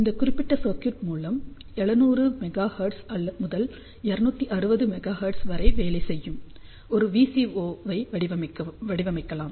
இந்த குறிப்பிட்ட சர்க்யூட் மூலம் 700 மெகா ஹெர்ட்ஸ் முதல் 2600 மெகா ஹெர்ட்ஸ் வரை வேலை செய்யும் ஒரு VCO ஐ வடிவமைக்கலாம்